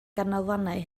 ganolfannau